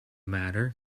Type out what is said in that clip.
matter